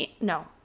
No